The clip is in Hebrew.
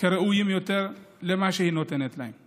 ראויים יותר ממה שהיא נותנת להם.